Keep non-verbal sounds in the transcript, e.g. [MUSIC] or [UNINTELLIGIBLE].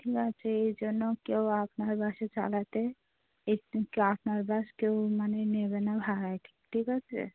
না সেই জন্য কেউ আপনার বাসে চালাতে [UNINTELLIGIBLE] আপনার বাস কেউ মানে নেবে না ভাড়ায় ঠিক ঠিক আছে